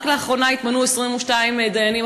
רק לאחרונה התמנו 22 דיינים,